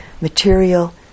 material